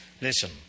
listen